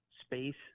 space